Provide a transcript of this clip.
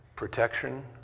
Protection